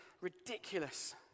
ridiculous